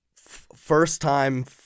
first-time